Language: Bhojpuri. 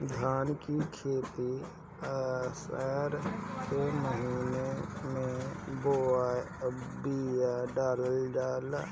धान की खेती आसार के महीना में बिया डालल जाला?